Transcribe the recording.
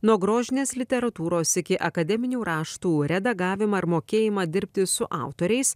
nuo grožinės literatūros iki akademinių raštų redagavimą ir mokėjimą dirbti su autoriais